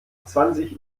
zwanzig